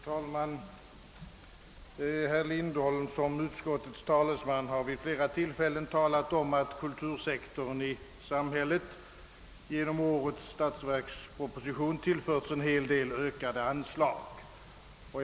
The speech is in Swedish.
Herr talman! Herr Lindholm har såsom utskottets talesman vid flera tillfällen omtalat, att kultursektorn i vårt samhälle genom årets statsverksproposition tillförts en hel del ökade anslag.